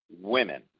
women